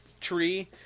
tree